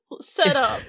setup